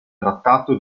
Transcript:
trattato